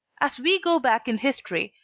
as we go back in history,